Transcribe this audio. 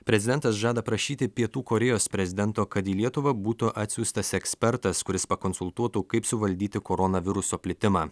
prezidentas žada prašyti pietų korėjos prezidento kad į lietuvą būtų atsiųstas ekspertas kuris pakonsultuotų kaip suvaldyti koronaviruso plitimą